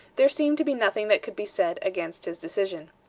there seemed to be nothing that could be said against his decision.